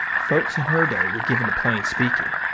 folks in her day were given to plain speaking.